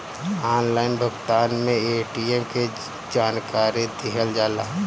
Online भुगतान में ATM के जानकारी दिहल जाला?